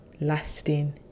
lasting